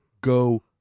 go